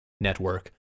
Network